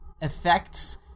effects